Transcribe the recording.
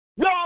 No